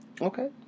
Okay